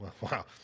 Wow